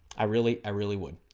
i really i really would